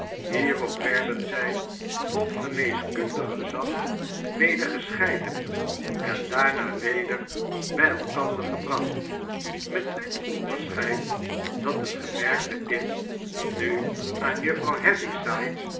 hierop werden zij op geneeskundig gezag weder gescheiden en daarna weder by elkander gebracht met dit onderscheid dat het gemerkte kind nu aan